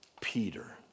Peter